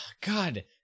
God